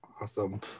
awesome